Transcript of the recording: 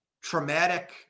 traumatic